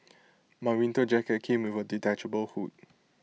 my winter jacket came with A detachable hood